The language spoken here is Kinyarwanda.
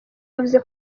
yavuze